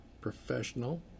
professional